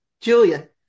Julia